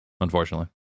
unfortunately